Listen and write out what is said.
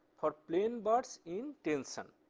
for plain bars in tension.